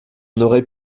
n’aurait